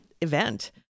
event